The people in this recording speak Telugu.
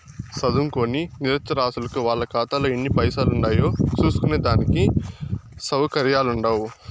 సదుంకోని నిరచ్చరాసులకు వాళ్ళ కాతాలో ఎన్ని పైసలుండాయో సూస్కునే దానికి సవుకర్యాలుండవ్